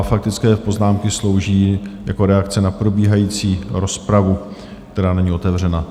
Faktické poznámky slouží jako reakce na probíhající rozpravu, která není otevřená.